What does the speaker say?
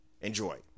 Enjoy